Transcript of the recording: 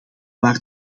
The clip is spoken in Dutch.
waar